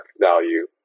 value